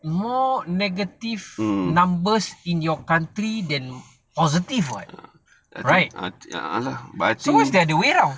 more negative numbers in your country then positive [what] right so why is the other way round